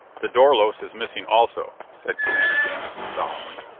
the dorlos is missing also, said commander jamison solemnly.